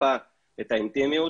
טיפה את האינטימיות,